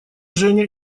женя